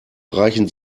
reichen